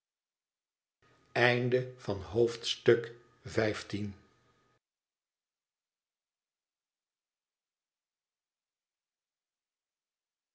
hoofdstuk van het